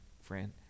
friend